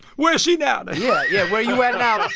where is she now? yeah. yeah, where you at now?